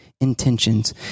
intentions